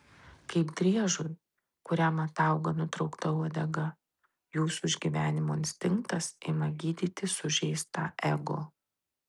kaip driežui kuriam atauga nutraukta uodega jūsų išgyvenimo instinktas ima gydyti sužeistą ego